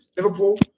Liverpool